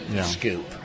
scoop